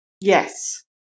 Yes